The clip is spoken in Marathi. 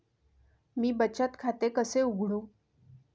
मी बचत खाते कसे उघडू?